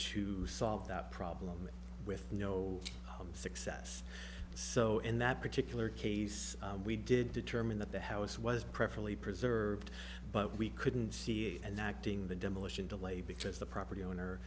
to solve that problem with no success so in that particular case we did determine that the house was preferably preserved but we couldn't see it and acting the demolition delay because the property owner